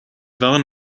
waren